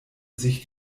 sich